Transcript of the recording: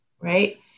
Right